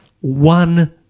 one